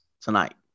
tonight